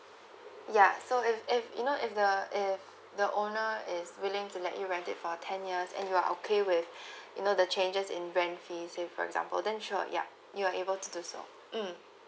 ya so if if you know if the uh if the owner is willing to let you rent it for ten years and you are okay with you know the changes in rent fees let's say for example then sure ya you are able to so mm